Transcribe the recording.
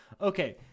Okay